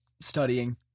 studying